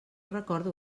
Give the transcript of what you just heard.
recordo